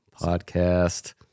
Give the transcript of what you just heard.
Podcast